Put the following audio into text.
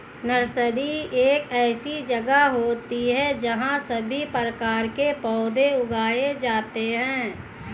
nursery एक ऐसी जगह होती है जहां सभी प्रकार के पौधे उगाए जाते हैं